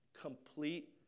complete